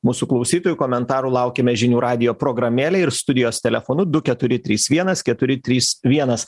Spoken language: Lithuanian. mūsų klausytojų komentarų laukiame žinių radijo programėlę ir studijos telefonu du keturi trys vienas keturi trys vienas